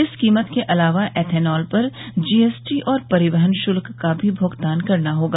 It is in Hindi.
इस कीमत के अलावा एथेनॉल पर जीएसटी और परिवहन शुल्क का भी भुगतान करना होगा